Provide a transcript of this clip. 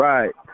Right